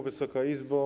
Wysoka Izbo!